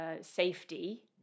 safety